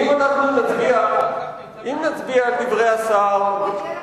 אם נצביע על דברי השר, הוא מגיע לכנסת,